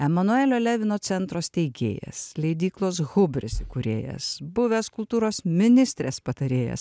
emanuelio levino centro steigėjas leidyklos hubris įkūrėjas buvęs kultūros ministrės patarėjas